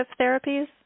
therapies